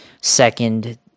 second